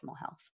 health